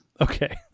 Okay